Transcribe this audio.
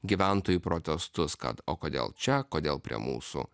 gyventojų protestus kad o kodėl čia kodėl prie mūsų